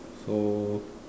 so